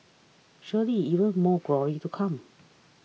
surely even more glory to come